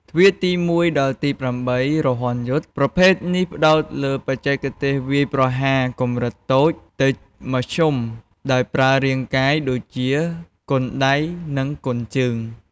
ទ្វារទី១ ដល់ទី៨ រហ័នយុទ្ធ ប្រភេទនេះផ្តោតលើបច្ចេកទេសវាយប្រហារកម្រិតតូចទៅមធ្យមដោយប្រើរាងកាយ ដូចជា គុនដៃ និង គុនជើង។